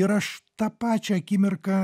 ir aš tą pačią akimirką